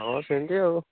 ହଁ ସେମିତି ଆଉ